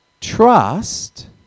Trust